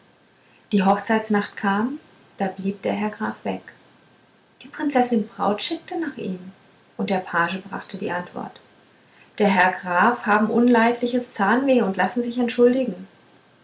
die hochzeitnacht kam da blieb der herr graf weg die prinzessin braut schickte nach ihm und der page brachte die antwort der herr graf haben unleidliches zahnweh und lassen sich entschuldigen